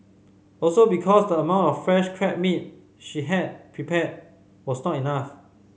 also because the amount of fresh crab meat she had prepared was not enough